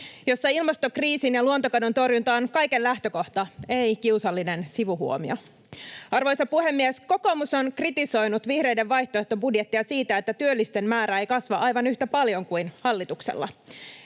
jossa ilmastokriisin ja luontokadon torjunta on kaiken lähtökohta, ei kiusallinen sivuhuomio. Arvoisa puhemies! Kokoomus on kritisoinut vihreiden vaihtoehtobudjettia siitä, että työllisten määrä ei kasva aivan yhtä paljon kuin hallituksella.